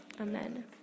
amen